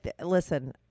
listen